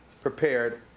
prepared